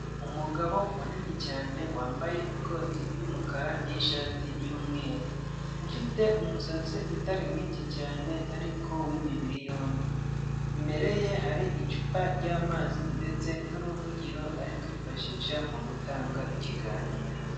Umugabo munini cyane wambaye ikoti ry'umukara n'ishati y'umweru. Ufite umusatsi utari mwinshi cyane ariko w'imibiri yombi. Imbere ye hari icupa ry'amazi ndetse n'uruvugiro ari kwifashisha mu gutanga ikiganiro.